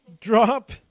drop